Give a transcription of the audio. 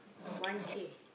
one K